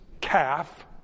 calf